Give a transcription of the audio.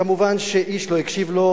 כמובן, איש לא הקשיב לו,